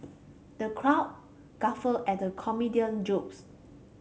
the crowd guffawed at the comedian jokes